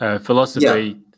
philosophy